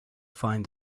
find